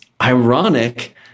ironic